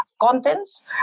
contents